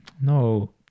no